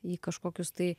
į kažkokius tai